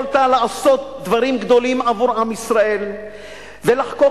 יכולת לעשות דברים גדולים עבור עם ישראל ולחקוק